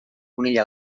conill